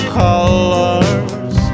colors